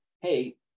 hey